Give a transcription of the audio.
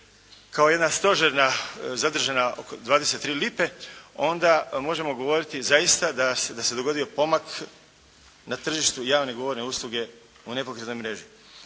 kao jedna stožerna zadržana 23 lipe onda možemo govoriti zaista da se dogodio pomak na tržištu javne govorne usluge u nepokretnoj mreži.